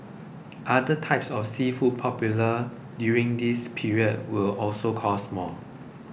other types of seafood popular during this period will also cost more